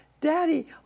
daddy